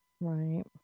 Right